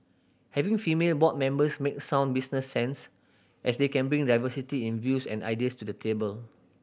having female board members make sound business sense as they can bring diversity in views and ideas to the table